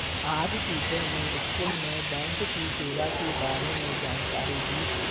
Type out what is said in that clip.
आज टीचर ने स्कूल में बैंक की सेवा के बारे में जानकारी दी